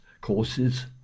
courses